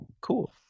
cool